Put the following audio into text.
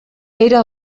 era